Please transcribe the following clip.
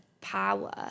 power